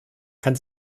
kann